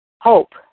hope